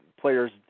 players